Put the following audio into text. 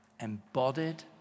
Embodied